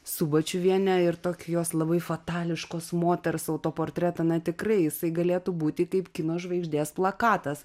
subačiuvienė ir tokį jos labai fatališkos moters autoportretą na tikrai jisai galėtų būti kaip kino žvaigždės plakatas